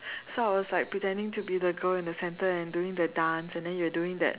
so I was like pretending to be the girl in the center and doing the dance and then we were doing that